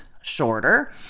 shorter